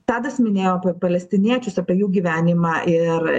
tadas minėjo apie palestiniečius apie jų gyvenimą ir